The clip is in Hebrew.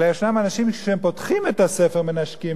אלא יש אנשים שכשהם פותחים את הספר הם מנשקים,